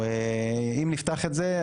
אם נפתח את זה,